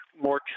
more